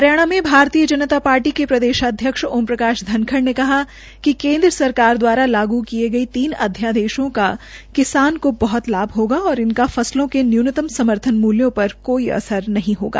हरियाणा में भारतीय जनता पार्टी के प्रदेशाध्यक्ष ओम प्रकाश धनखड़ ने कहा कि केन्द्र सरकरा द्वारा लागू किये गये तीन अध्यादेशों का किसानों को बहत लाभ होगा व इनका फसलों के न्यूनतम समर्थन मूल्यों पर कोई असर नहीं होगा